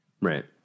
right